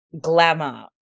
glamour